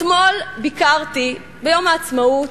אתמול ביקרתי, ביום העצמאות,